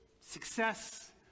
success